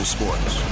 Sports